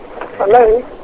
Hello